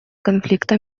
конфликта